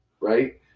right